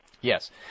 Yes